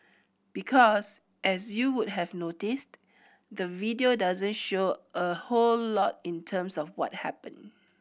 because as you would have noticed the video doesn't show a whole lot in terms of what happened